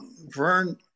Vern